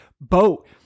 boat